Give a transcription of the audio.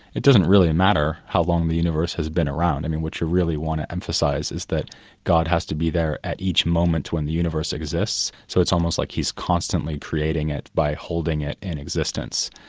it doesn't really matter how long the universe has been around, i mean, what you really want to emphasise is that god has to be there at each moment when the universe exists, so it's almost like he's constantly creating it by holding it in existence.